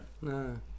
No